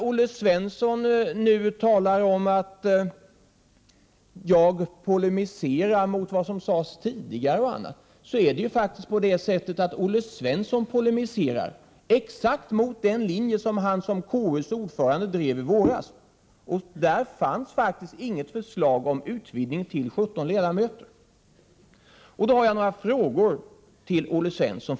Olle Svensson säger att jag polemiserar mot vad som sades tidigare osv. Det är ju på det sättet att Olle Svensson polemiserar exakt mot den linje han såsom KU:s ordförande drev i våras. Där fanns inget förslag om utvidgning till 17 ledamöter. Så har jag några frågor att ställa till Olle Svensson.